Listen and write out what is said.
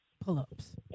Pull-ups